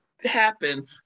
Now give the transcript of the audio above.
happen